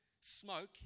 smoke